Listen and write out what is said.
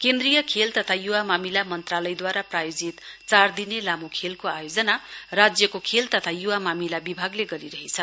केन्द्रीय खेल तथा युवा मामिला मन्त्रालयद्वारा प्रायोजित चार दिने लामो खेलको आयोजना राज्यको खेल तथा युवा मामिला विभागले गरिरहेछ